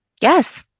Yes